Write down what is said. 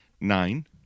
Nine